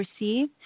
receive